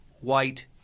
white